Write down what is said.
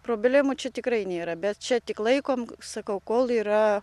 problemų čia tikrai nėra bet čia tik laikom sakau kol yra